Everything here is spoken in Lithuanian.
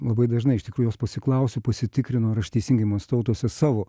labai dažnai iš tikrųjų jos pasiklausiu pasitikrinu ar aš teisingai mąstau tuose savo